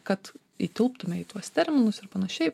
kad įtilptume į tuos terminus ir panašiai